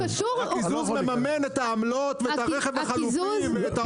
אבל הקיזוז מממן את העמלות ואת הרכב החלופי ואת ההוצאות האחרות.